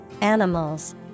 animals